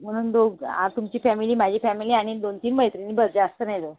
म्हणून दोघ तुमची फॅमिली माझी फॅमिली आणि दोन तीन मैत्रिणी बस जास्त नाही जाऊ